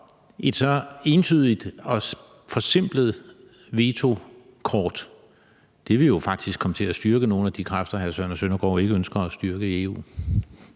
Et så entydigt og forsimplet vetokort vil du faktisk komme til at styrke nogle af de kræfter, hr. Søren Søndergaard ikke ønsker at styrke i EU.